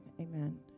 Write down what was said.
amen